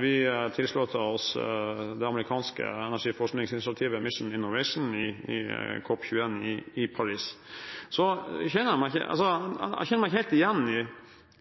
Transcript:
vi tilsluttet oss det amerikanske energiforskningsinitiativet Mission Innovation i COP21 i Paris. Jeg kjenner meg ikke helt igjen